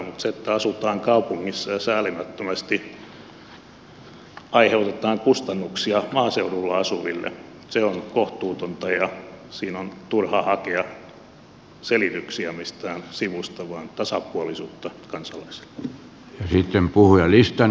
mutta se että asutaan kaupungissa ja säälimättömästi aiheutetaan kustannuksia maaseudulla asuville se on kohtuutonta ja siinä on turha hakea selityksiä mistään sivusta vaan tasapuolisuutta kansalaisille